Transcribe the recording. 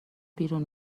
بیرون